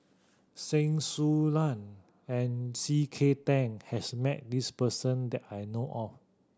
Su Lan and C K Tang has met this person that I know of